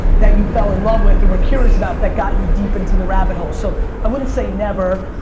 that you fell in love with and were curious about that got you deep into the rabbit hole. so i wouldn't say never,